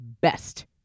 best